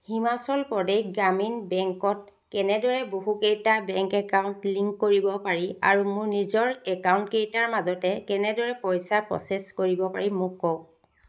হিমাচল প্ৰদেশ গ্ৰামীণ বেংকত কেনেদৰে বহুকেইটা বেংক একাউণ্ট লিংক কৰিব পাৰি আৰু মোৰ নিজৰ একাউণ্টকেইটাৰ মাজতে কেনেদৰে পইচা প্ৰ'চেছ কৰিব পাৰি মোক কওক